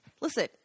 Listen